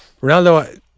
Ronaldo